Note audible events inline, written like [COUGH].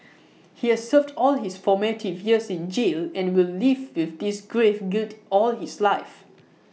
[NOISE] he has served all his formative years in jail and will live with this grave guilt all his life